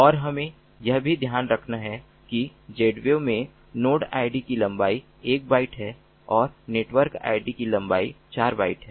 और हमें यह भी ध्यान रखना है कि Zwave में नोड आईडी की लंबाई 1 बाइट है और नेटवर्क आईडी की लंबाई 4 बाइट्स है